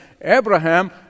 Abraham